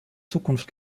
zukunft